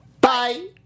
Bye